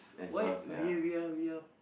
why we are we are we are